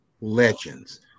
legends